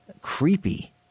creepy